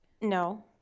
no